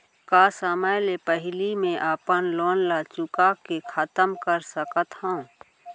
का समय ले पहिली में अपन लोन ला चुका के खतम कर सकत हव?